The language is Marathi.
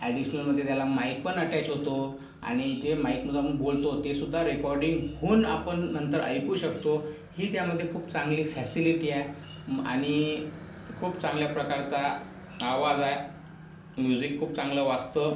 ॲडिशनलमध्ये त्याला माइक पण अटॅच होतो आणि जे माईकमधून आपण बोलतो तेसुद्धा रेकॉर्डिंग होऊन आपण नंतर ऐकू शकतो ही त्यामध्ये खूप चांगली फॅसिलिटी आहे आणि खूप चांगल्या प्रकारचा आवाज आहे म्युझिक खूप चांगलं वाजतं